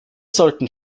sollten